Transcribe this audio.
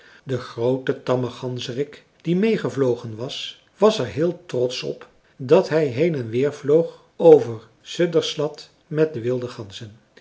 de groote tamme ganzerik die meê gevlogen was was er heel trotsch op dat hij heen en weer vloog over söderslätt met de wilde ganzen